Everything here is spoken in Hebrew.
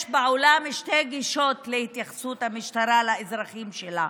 יש בעולם שתי גישות להתייחסות המשטרה לאזרחים שלה.